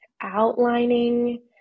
outlining